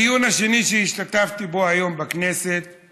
הדיון השני שהשתתפתי בו היום בכנסת הוא